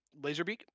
Laserbeak